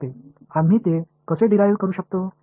அதை பெறலாம் அதை எவ்வாறு பெறுவோம்